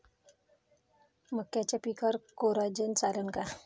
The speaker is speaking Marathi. मक्याच्या पिकावर कोराजेन चालन का?